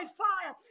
fire